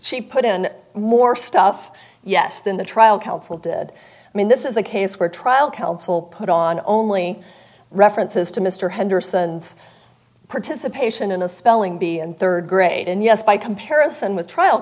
she put in more stuff yes than the trial counsel did i mean this is a case where trial counsel put on only references to mr henderson's participation in a spelling bee and third grade and yes by comparison with trial